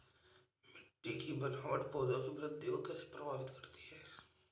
मिट्टी की बनावट पौधों की वृद्धि को कैसे प्रभावित करती है?